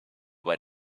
what